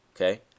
Okay